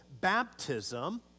baptism